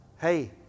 hey